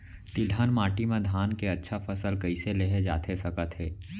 तिलहन माटी मा धान के अच्छा फसल कइसे लेहे जाथे सकत हे?